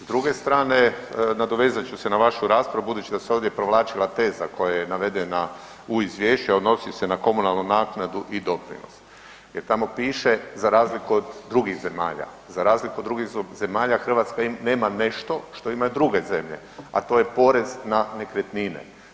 S druge strane, nadovezat ću se na vašu raspravu budući da se ovdje provlačila teza koja je navedena u izvješću, a odnosi se na komunalnu naknadu i doprinos jer tamo piše za razliku od drugih zemalja, za razliku od drugih zemalja Hrvatska nema nešto što imaju druge zemlje, a to je porez na nekretnine.